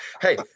Hey